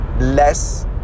less